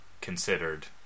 considered